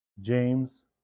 James